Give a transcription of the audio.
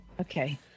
Okay